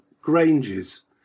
granges